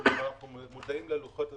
אנחנו מודעים ללוחות הזמנים.